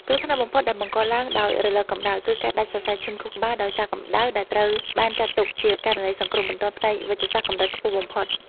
គ្រោះថ្នាក់បំផុតដែលបង្កឡើងដោយរលកកម្ដៅ គឺការដាច់សរសៃឈាមខួរក្បាលដោយសារកម្ដៅ ដែលត្រូវបានចាត់ទុកជាករណីសង្គ្រោះបន្ទាន់ផ្នែកវេជ្ជសាស្ត្រកម្រិតខ្ពស់បំផុត។